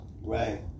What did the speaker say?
Right